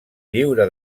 lliure